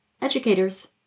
educators